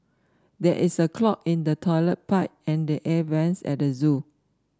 there is a clog in the toilet pipe and the air vents at the zoo